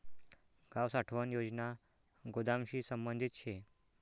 गाव साठवण योजना गोदामशी संबंधित शे